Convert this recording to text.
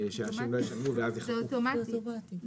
זה אוטומטי.